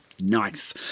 Nice